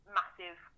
massive